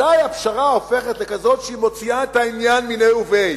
מתי הפשרה הופכת לכזאת שהיא מוציאה את העניין מיניה וביה?